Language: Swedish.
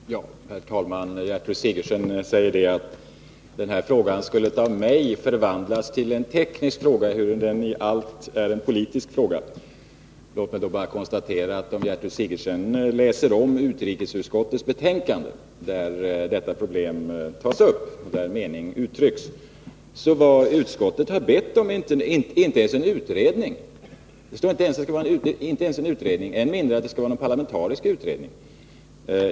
Herr talman! Gertrud Sigurdsen säger att denna fråga skulle av mig ha förvandlats till en teknisk fråga, ehuru den i allt är en politisk fråga. Låt mig då bara be fru Sigurdsen att läsa om utrikesutskottets betänkande, där detta problem tas upp och där utskottets mening uttrycks. Vad utskottet har bett om är inte ens en utredning, än mindre att det skall vara någon parlamentarisk utredning.